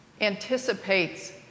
anticipates